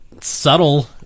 Subtle